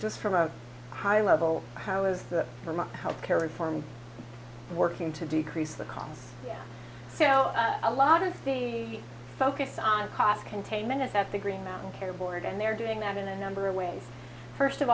just from a high level how is that from a health care reform working to decrease the cost so a lot of the focus on cost containment is that the green mountain care board and they're doing that in a number of ways first of